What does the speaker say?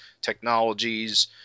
technologies